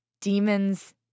demons